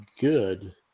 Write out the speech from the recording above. good